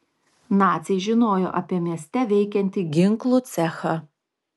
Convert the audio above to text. naciai žinojo apie mieste veikiantį ginklų cechą